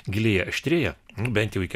gilėja aštrėja bent jau iki